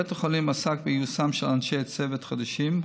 בית החולים עסק בגיוסם של אנשי צוות חדשים,